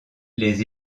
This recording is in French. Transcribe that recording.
les